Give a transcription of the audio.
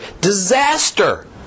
disaster